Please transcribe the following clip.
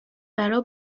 برا